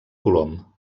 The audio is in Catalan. colom